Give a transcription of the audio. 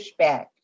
pushback